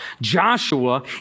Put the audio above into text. Joshua